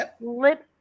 lip